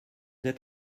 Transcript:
êtes